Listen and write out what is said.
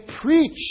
preach